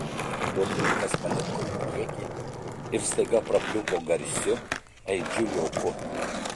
burtininkas palinko į priekį ir staiga prapliupo garsiu aidžiu juoku